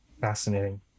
Fascinating